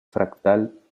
fractal